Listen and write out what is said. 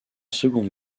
seconde